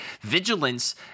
Vigilance